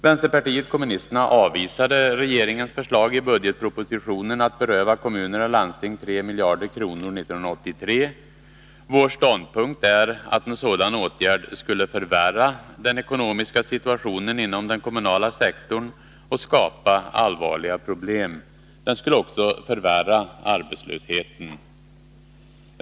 Vänsterpartiet kommunisterna avvisade regeringens förslag i budgetpropositionen att beröva kommuner och landsting 3 miljarder kronor 1983. Vår ståndpunkt är att en sådan åtgärd skulle förvärra den ekonomiska situationen inom den kommunala sektorn och skapa allvarliga problem. Den skulle också förvärra arbetslösheten.